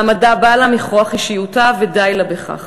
מעמדה בא לה מכוח אישיותה, ודי לה בכך.